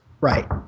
Right